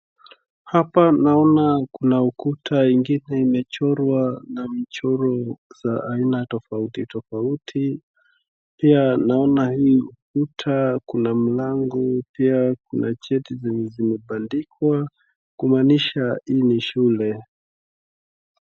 Hapa naona kuna ukuta ingine imechorwa na michoro za aina tofauti tofauti pia naona hii ukuta kuna mlango pia, na kuna cheti zenye zimebandikwa, kumaanisha hii ni shule.